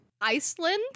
Iceland